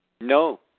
No